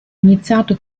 iniziato